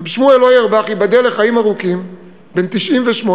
ר' שמואל אוירבך, ייבדל לחיים ארוכים, בן 98,